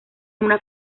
una